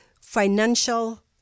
financial